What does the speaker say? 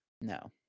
No